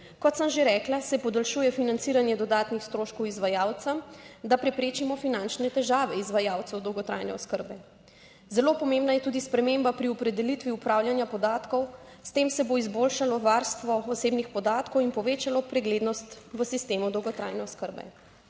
Kot sem že rekla, se podaljšuje financiranje dodatnih stroškov izvajalcem, da preprečimo finančne težave izvajalcev dolgotrajne oskrbe. Zelo pomembna je tudi sprememba pri opredelitvi upravljanja podatkov, s tem se bo izboljšalo varstvo osebnih podatkov in povečalo preglednost v sistemu dolgotrajne oskrbe.